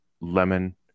lemon